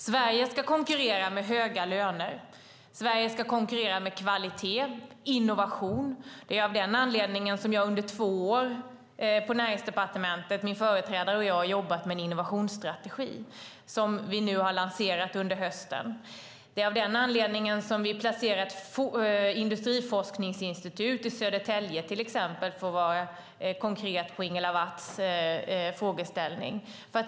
Sverige ska konkurrera med höga löner. Sverige ska konkurrera med kvalitet och innovation. Det är av den anledningen jag och min företrädare på Näringsdepartementet under två år jobbat med en innovationsstrategi som vi under hösten nu har lanserat. Det är också av den anledningen vi placerat ett industriforskningsinstitut i Södertälje, för att svara konkret på Ingela Nylund Watz fråga.